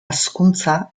hazkuntza